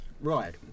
Right